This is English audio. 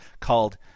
called